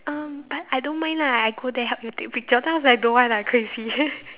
mm but I don't mind lah I go there help you take picture then I was like don't want ah crazy